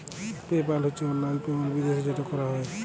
pay পাল হছে অললাইল payment বিদ্যাশে যেট ক্যরা হ্যয়